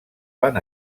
van